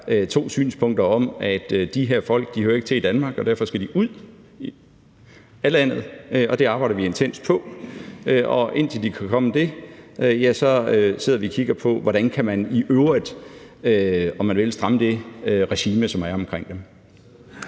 to synspunkter om, at de her folk ikke hører til i Danmark, og at de derfor skal ud af landet. Det arbejder vi intenst på. Og indtil de kan komme det, sidder vi og kigger på, hvordan man i øvrigt, om man vil, kan stramme det regime, der er omkring dem.